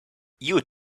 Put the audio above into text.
you